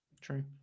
true